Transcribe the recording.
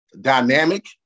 dynamic